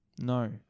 No